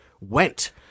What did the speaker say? went